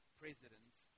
presidents